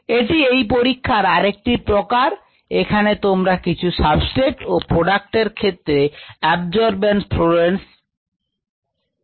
এটি এই পরীক্ষার আরেকটি প্রকার এখানে তোমরা কিছু সাবস্ট্রেট ও প্রোডাক্ট এর ক্ষেত্রে absorbance fluorescence ব্যবহার করতে পারো